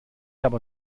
aber